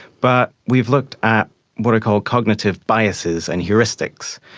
but we've looked at what are called cognitive biases and heuristics.